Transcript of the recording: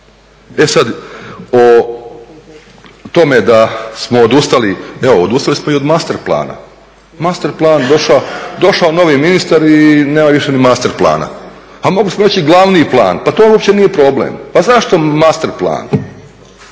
E sada o tome da smo odustali, evo odustali smo i od master plana. Došao novi ministar i nema više ni master plana, a mogli smo reći i glavni plan, pa to uopće nije problem. pa zašto master plan,